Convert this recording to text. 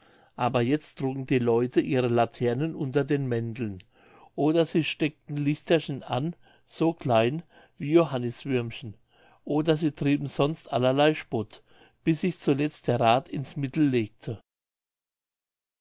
aber jetzt trugen die leute ihre laternen unter den mänteln oder sie steckten lichterchen an so klein wie johanniswürmchen oder sie trieben sonst allerlei spott bis sich zuletzt der rath ins mittel legte